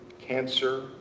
cancer